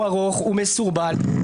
ארוך ומסורבל,